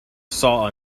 saw